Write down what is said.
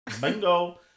Bingo